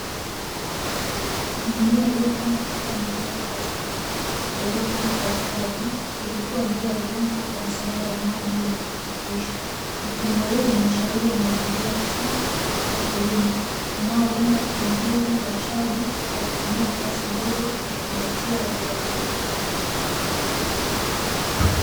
Mimea iliyopandwa katika mabomba ya plastiki yaliyopangwa kwa ustadi ikikuwa bila udongo kwa msaada wa maji yenye virutubisho. Mfumo huu ni ushahidi wa maendeleo ya kisasa katika kilimo unaolenga kuongeza uzalishaji kwa nafasi ndogo nakuzingatia uhifadhi wa mazingira.